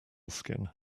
skin